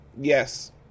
Yes